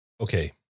okay